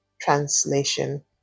translation